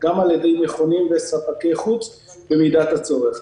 גם על ידי מכונים וספקי חוץ במידת הצורך.